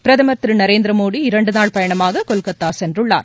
பிரதமர் திரு நரேந்திரமோடி இரண்டு நாள் பயணமாக கொல்கத்தா சென்றுள்ளார